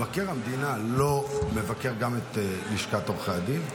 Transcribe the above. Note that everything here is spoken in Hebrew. מבקר המדינה לא מבקר גם את לשכת עורכי הדין?